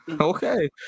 Okay